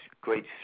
great